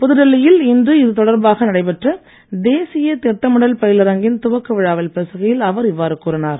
புதுடெல்லியில் இன்று இது தொடர்பாக நடைபெற்ற தேசிய திட்டமிடல் பயிலரங்கின் துவக்க விழாவில் பேசுகையில் அவர் இவ்வாறு கூறினார்